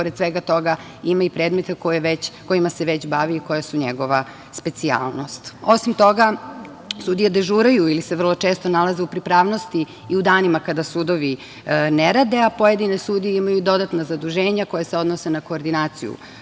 pored svega toga ima i predmete kojima se već bavi i koja su njegova specijalnost. Osim toga, sudije dežuraju ili se vrlo često nalaze u pripravnosti i u danima kada sudovi ne rade, a pojedine sudije imaju dodatna zaduženja koja se odnose na koordinaciju,